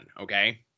okay